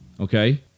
Okay